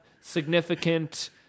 significant